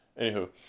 Anywho